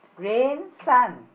rain sun